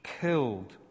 killed